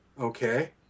Okay